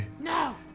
No